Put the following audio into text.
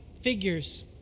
figures